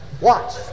Watch